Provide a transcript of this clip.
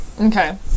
okay